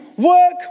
Work